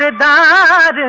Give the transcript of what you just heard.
ah da